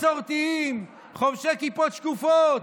מסורתיים, חובשי כיפות שקופות,